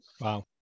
Wow